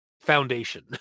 foundation